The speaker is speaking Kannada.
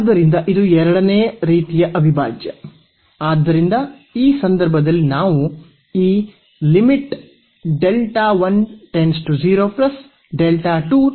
ಆದ್ದರಿಂದ ಇದು ಎರಡನೇ ರೀತಿಯ ಅವಿಭಾಜ್ಯ